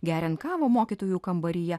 geriant kavą mokytojų kambaryje